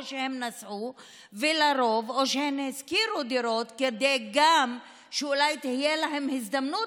או שהם נסעו או שהם שכרו דירות כדי שגם אולי תהיה להם הזדמנות